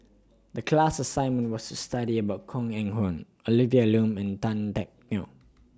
The class assignment was to study about Koh Eng Hoon Olivia Lum and Tan Teck Neo